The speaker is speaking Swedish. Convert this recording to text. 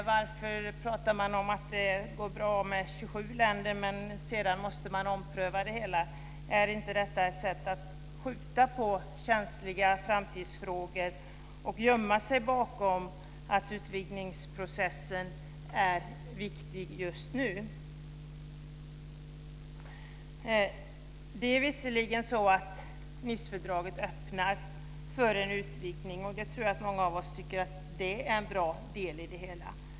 Varför pratar man om att det går bra med 27 länder, men sedan måste man ompröva det hela? Är inte detta ett sätt att skjuta på känsliga framtidsfrågor och gömma sig bakom att utvidgningsprocessen är viktig just nu? Nicefördraget öppnar visserligen för en utvidgning, och jag tror att många av oss tycker att det är bra.